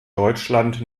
deutschland